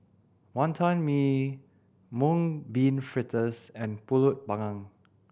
Wonton Mee Mung Bean Fritters and Pulut Panggang